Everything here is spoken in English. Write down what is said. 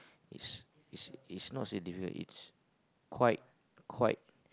it's it's it's not say difficult it's quite quite